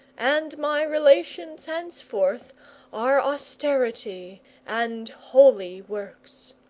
and my relations henceforth are austerity and holy works.